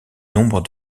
nombre